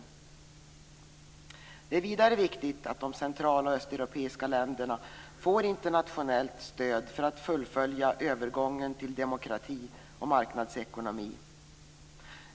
Vidare är det viktigt att de central och östeuropeiska länderna får internationellt stöd för att fullfölja övergången till demokrati och marknadsekonomi.